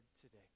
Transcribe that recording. today